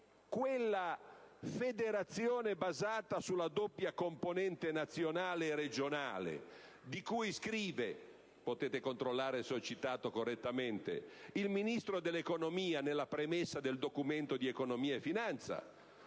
quella federazione basata sulla doppia componente nazionale e regionale di cui scrive - potete controllare se ho citato correttamente - il Ministro dell'economia nella premessa del Documento di economia e finanza,